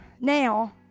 now